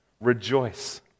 rejoice